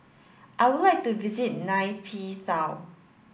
I would like to visit Nay Pyi Taw